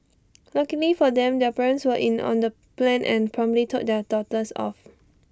luckily for them their parents were in on the plan and promptly told their daughters off